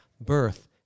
birth